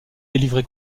délivré